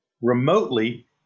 remotely